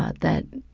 ah that,